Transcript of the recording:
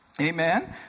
Amen